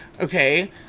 okay